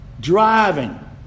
driving